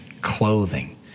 clothing